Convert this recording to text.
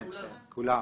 כן, כולם.